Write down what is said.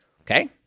Okay